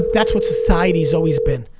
that's what society's always been.